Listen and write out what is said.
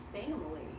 family